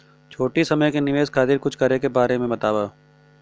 छोटी समय के निवेश खातिर कुछ करे के बारे मे बताव?